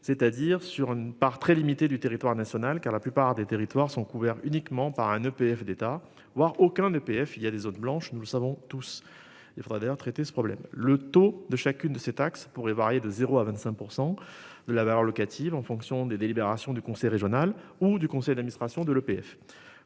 C'est-à-dire sur une part très limitée du territoire national, car la plupart des territoires sont couverts uniquement par un EPF d'État voir aucun EPF il y a des zones blanches, nous le savons tous les fraudeurs. D'ailleurs, traiter ce problème. Le taux de chacune de ces taxes pourraient varier de 0 à 25% de la valeur locative en fonction des délibérations du conseil régional ou du conseil d'administration de l'EPF